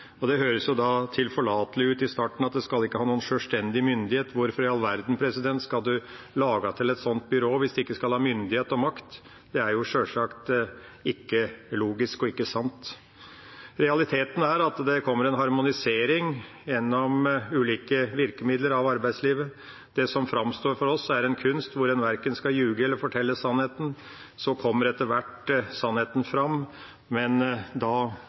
og det høres i starten tilforlatelig ut at det ikke skal ha noen selvstendig myndighet. Hvorfor i all verden skal en lage til et slikt byrå hvis det ikke skal ha myndighet og makt? Det er sjølsagt ikke logisk og ikke sant. Realiteten er at det kommer en harmonisering gjennom ulike virkemidler av arbeidslivet. Det framstår for oss som og er en kunst hvor en verken skal lyve eller fortelle sannheten. Så kommer etter hvert sannheten fram, men da